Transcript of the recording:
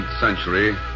century